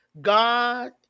God